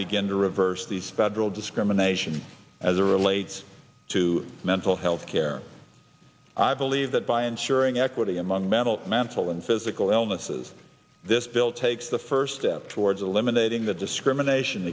begin to reverse these federal discrimination as a relates to mental health care i believe that by ensuring equity among mental mental and physical illnesses this bill takes the first step towards eliminating the discrimination